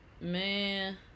Man